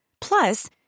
Plus